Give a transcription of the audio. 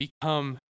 become